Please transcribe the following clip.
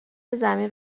زمین